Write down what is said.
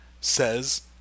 says